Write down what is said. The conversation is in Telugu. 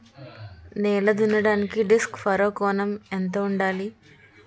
నేల దున్నడానికి డిస్క్ ఫర్రో కోణం ఎంత ఉండాలి?